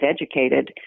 educated